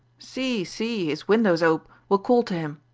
see, see, his window's ope! we'll call to him.